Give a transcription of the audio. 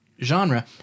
genre